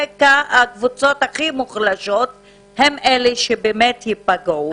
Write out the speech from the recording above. והקבוצות הכי מוחלשות הן אלה שבאמת ייפגעו.